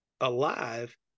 alive